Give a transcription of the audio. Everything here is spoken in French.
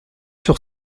sur